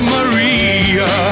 Maria